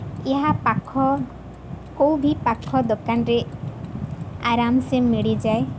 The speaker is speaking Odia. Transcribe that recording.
ଏହା ପାଖ କେଉଁ ବି ପାଖ ଦୋକାନରେ ଆରାମ୍ସେ ମିଳିଯାଏ